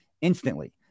instantly